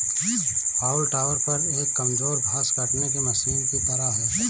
हाउल टॉपर एक कमजोर घास काटने की मशीन की तरह है